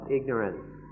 ignorance